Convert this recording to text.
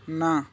ନା